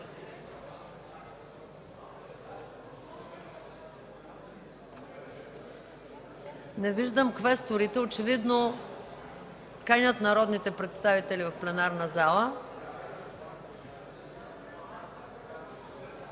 Не виждам квесторите – очевидно канят народните представители в пленарната зала.